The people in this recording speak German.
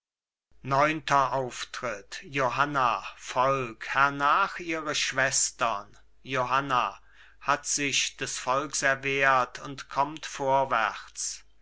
neunter auftritt johanna volk hernach ihre schwestern johanna hat sich des volks erwehrt und kommt vorwärts